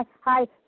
Hi